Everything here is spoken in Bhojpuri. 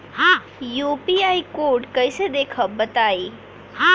यू.पी.आई कोड कैसे देखब बताई?